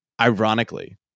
ironically